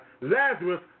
Lazarus